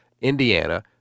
Indiana